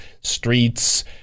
streets